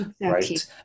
Right